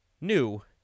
new